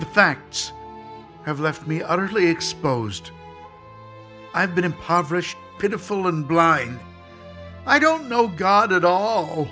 the facts have left me utterly exposed i've been impoverished pitiful and blind i don't know god at all